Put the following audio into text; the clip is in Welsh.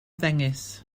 ddengys